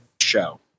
show